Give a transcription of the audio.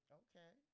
okay